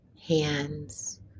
hands